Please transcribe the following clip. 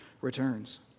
returns